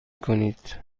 کنید